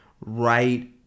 right